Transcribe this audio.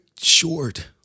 short